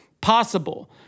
possible